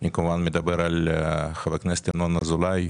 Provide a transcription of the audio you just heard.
אני מדבר על חבר הכנסת ינון אזולאי,